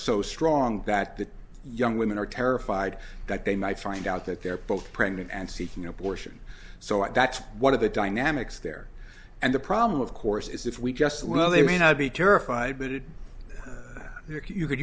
so strong that the young women are terrified that they might find out that they're both pregnant and seeking abortion so i that's one of the dynamics there and the problem of course is if we just well they may not be terrified but it cou